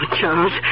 Charles